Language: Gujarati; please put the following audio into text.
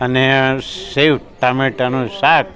અને સેવ ટામેટાંનું શાક